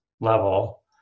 level